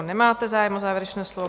Nemáte zájem o závěrečné slovo.